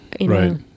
Right